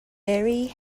very